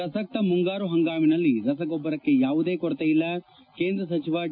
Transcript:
ಪ್ರಸಕ್ತ ಮುಂಗಾರು ಹಂಗಾಮಿನಲ್ಲಿ ರಸಗೊಬ್ಬರಕ್ಕೆ ಯಾವುದೇ ಕೊರತೆಯಿಲ್ಲ ಕೇಂದ್ರ ಸಚಿವ ಡಿ